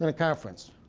and conference.